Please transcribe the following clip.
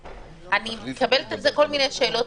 אני מקבלת על זה כל מיני שאלות.